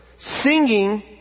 singing